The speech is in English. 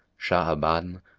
sha'aban,